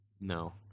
No